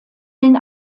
den